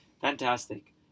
fantastic